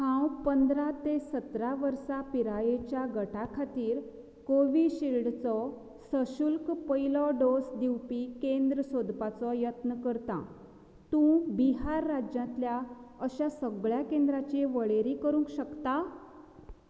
हांव पंदरा ते सतरा वर्सां पिरायेच्या गटा खातीर कोविशिल्डचो सशुल्क पयलो डोस दिवपी केंद्र सोदपाचो यत्न करतां तूं बिहार राज्यांतल्या अशा सगळ्या केंद्रांची वळेरी करूंक शकता